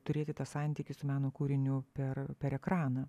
turėti tą santykį su meno kūriniu per per ekraną